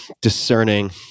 discerning